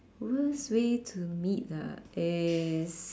worst way to meet ah is